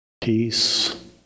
peace